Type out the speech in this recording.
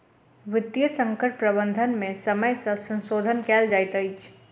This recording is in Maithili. वित्तीय संकट प्रबंधन में समय सॅ संशोधन कयल जाइत अछि